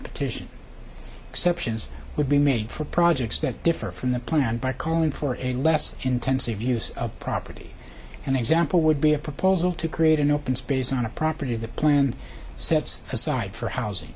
petition exceptions would be made for projects that differ from the plan by calling for a less intensive use of property and example would be a proposal to create an open space on a property of the plan sets aside for housing